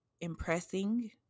impressing